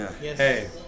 Hey